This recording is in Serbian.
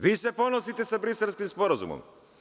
Vi se ponosite sa Briselskim sporazumom.